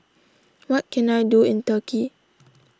what can I do in Turkey